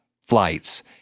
flights